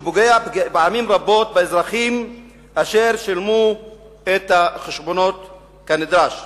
שפוגע פעמים רבות באזרחים אשר שילמו את החשבונות כנדרש.